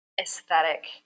aesthetic